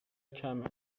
کمه